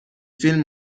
فیلم